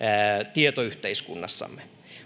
tietoyhteiskunnassamme